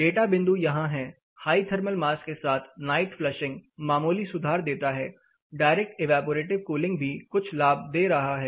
data बिंदु यहां हैं हाई थर्मल मास के साथ नाइट फ्लशिंग मामूली सुधार देता है डायरेक्ट इवेपोरेटिव कूलिंग भी कुछ लाभ दे रहा है